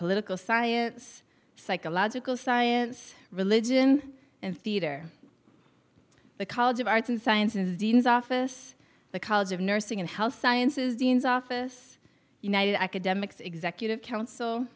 political science psychological science religion and theater the college of arts and sciences dean's office the college of nursing and health sciences dean's office united academics executive coun